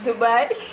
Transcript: Dubai